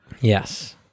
Yes